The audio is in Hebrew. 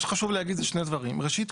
מה שחשוב להגיד זה שני דברים: ראשית,